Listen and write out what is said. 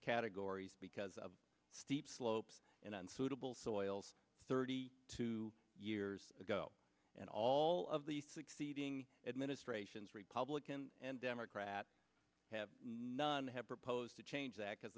categories because of steep slopes and unsuitable soils thirty two years ago and all of the succeeding administrations republican and democrat have none have proposed to change that because